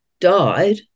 died